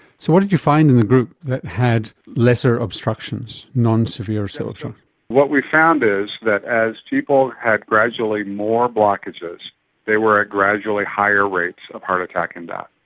so what did you find in the group that had lesser obstructions, non-severe? so so what we found is that as people had gradually more blockages they were at gradually higher rates of heart attack and